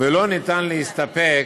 ולא ניתן להסתפק